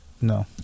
No